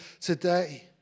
today